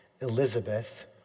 Elizabeth